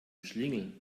schlingel